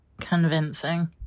convincing